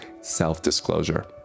self-disclosure